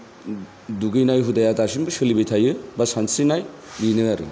दुगैनाय हुदाया दासिमबो सोलिबाय थायो बा सानस्रिनाय बेनो आरो